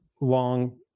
long